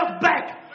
back